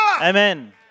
Amen